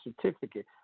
certificate